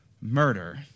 murder